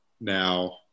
now